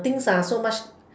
things are so much